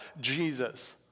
Jesus